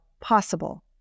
possible